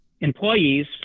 employees